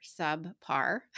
subpar